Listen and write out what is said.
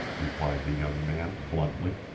replied the young man, bluntly.